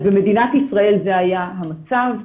אז במדינת ישראל זה היה המצב.